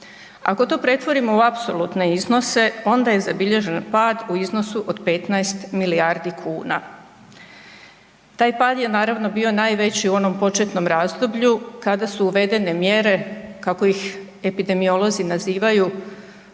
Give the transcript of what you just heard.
Ako to pretvorimo u apsolutne iznose onda je zabilježen pad u iznosu od 15 milijardi kuna. Taj pad je naravno bio najveći u onom početnom razdoblju kada su uvedene mjere kako ih epidemiolozi nazivaju